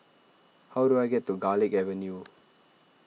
how do I get to Garlick Avenue